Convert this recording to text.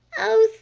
oh,